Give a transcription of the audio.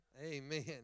amen